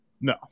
No